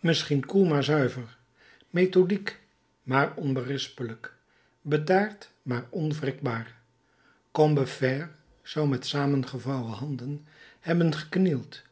misschien koel maar zuiver methodiek maar onberispelijk bedaard maar onwrikbaar combeferre zou met saamgevouwen handen hebben geknield